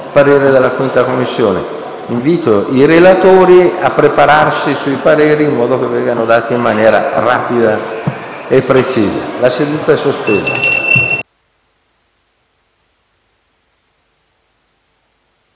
parere della 5a Commissione. Invito i relatori a prepararsi sui pareri, in modo che vengano espressi in maniera rapida e precisa. *(La seduta, sospesa